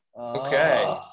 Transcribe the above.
Okay